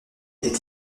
est